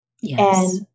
Yes